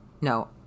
No